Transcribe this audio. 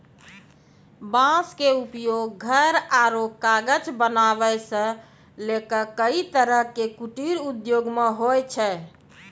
बांस के उपयोग घर आरो कागज बनावै सॅ लैक कई तरह के कुटीर उद्योग मॅ होय छै